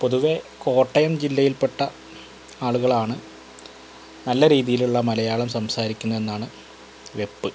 പൊതുവെ കോട്ടയം ജില്ലയിൽപ്പെട്ട ആളുകളാണ് നല്ല രീതിയിലുള്ള മലയാളം സംസാരിക്കുന്നു എന്നാണ് വെപ്പ്